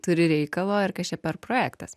turi reikalą ir kas čia projektas